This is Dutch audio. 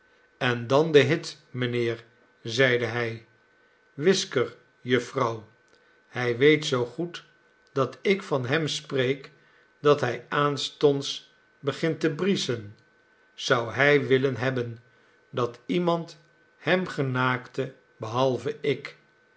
en dan de hit mijnheer zeide hij whisker jufvrouw hij weet zoo goed dat ik van hem spreek dat hij aanstonds begint te brieschen zou hij willen hebben dat iemand hem genaakte behalve ik